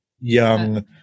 young